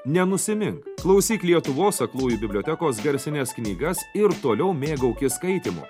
nenusimink klausyk lietuvos aklųjų bibliotekos garsines knygas ir toliau mėgaukis skaitymu